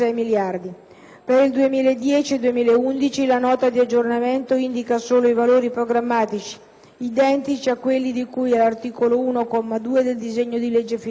Per il 2010 e 2011 la Nota di aggiornamento indica solo i valori programmatici, identici a quelli di cui all'articolo 1, comma 2 del disegno di legge finanziaria.